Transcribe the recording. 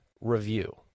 Review